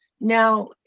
Now